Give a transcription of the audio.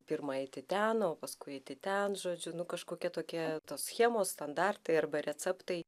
pirma eiti ten o paskui tai ten žodžiu nu kažkokie tokie tos schemos standartai arba receptai